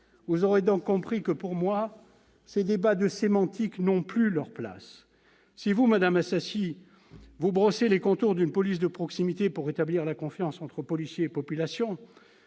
Vous l'aurez donc compris, pour moi, ces débats sémantiques n'ont plus leur place. Si vous, madame Assassi, nous brossez les contours d'une police de proximité pour rétablir la confiance entre policiers et population,